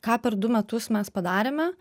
ką per du metus mes padarėme